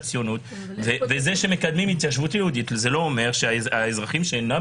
זה שמקדמים התיישבות יהודית לא אומר שהאזרחים שאינם